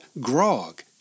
grog